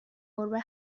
گربه